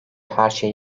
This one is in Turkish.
herşey